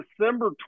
December